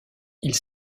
ils